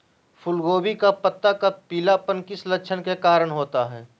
फूलगोभी का पत्ता का पीलापन किस लक्षण के कारण होता है?